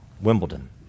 Wimbledon